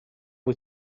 wyt